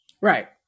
Right